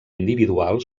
individual